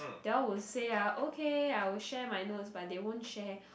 they all will say ah okay I will share my notes but they won't share